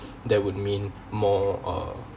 that would mean more or